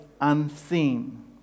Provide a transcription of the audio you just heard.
unseen